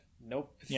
Nope